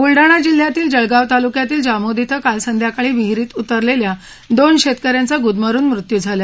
ब्लढाणा जिल्ह्यातील जळगाव तालुक्यातील जामोद क्वे काल संध्याकाळी विहिरीत उतरलेल्या दोन शेतकऱ्यांचा गुदमरून मृत्यू झाला